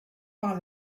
par